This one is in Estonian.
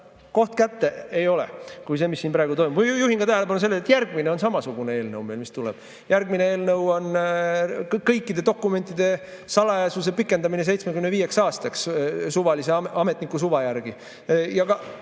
koht kätte näidata ei ole kui see, mis siin praegu toimub. Juhin veel tähelepanu sellele, et järgmine on samasugune eelnõu, mis tuleb. Järgmine eelnõu on kõikide dokumentide salajasuse pikendamine 75 aastaks suvalise ametniku suva järgi.